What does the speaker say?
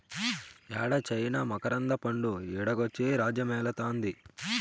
యేడ చైనా మకరంద పండు ఈడకొచ్చి రాజ్యమేలుతాంది